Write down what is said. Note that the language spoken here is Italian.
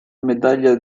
medaglia